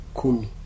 Kumi